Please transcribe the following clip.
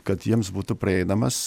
kad jiems būtų prieinamas